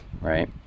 right